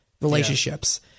relationships